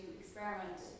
experiment